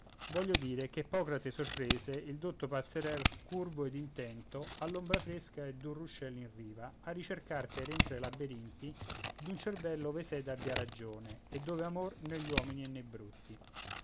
voglio dire che ippocrate sorprese il dotto pazzerel curvo ed intento all'ombra fresca e d'un ruscello in riva a ricercar per entro ai laberinti d'un cervello ove sede abbia ragione e dove amor negli uomini e nei bruti